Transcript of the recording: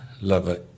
lover